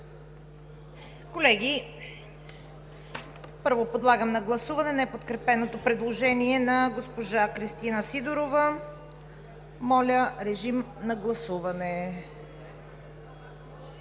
Колеги, първо подлагам на гласуване неподкрепеното предложение на госпожа Кристина Сидорова. Гласували